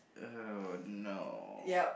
oh no